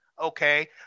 okay